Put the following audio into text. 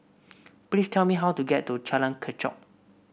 please tell me how to get to Jalan Kechot